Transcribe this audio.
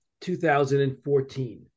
2014